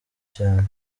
cyane